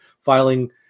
filing